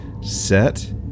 set